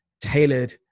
tailored